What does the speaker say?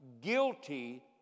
guilty